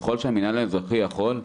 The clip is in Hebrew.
ככל שהמינהל האזרחי יכול,